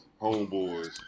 homeboys